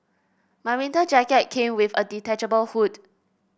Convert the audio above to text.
my winter jacket came with a detachable hood